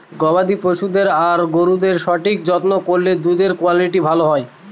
গবাদি পশুদের আর গরুদের সঠিক যত্ন করলে দুধের কুয়ালিটি ভালো হয়